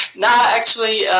no. actually,